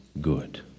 good